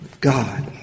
God